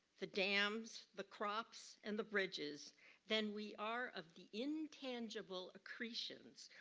the dams, the crops, and the bridges than we are of the intangible accretions,